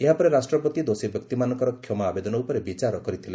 ଏହା ପରେ ରାଷ୍ଟ୍ରପତି ଦୋଷୀ ବ୍ୟକ୍ତିମାନଙ୍କର କ୍ଷମା ଆବେଦନ ଉପରେ ବିଚାର କରିଥିଲେ